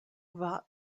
war